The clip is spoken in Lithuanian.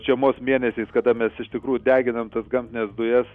žiemos mėnesiais kada mes iš tikrųjų deginam tas gamtines dujas